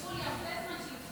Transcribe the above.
לא אישרו לי הרבה זמן שאילתה.